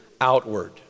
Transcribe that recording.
outward